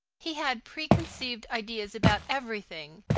he had preconceived ideas about everything,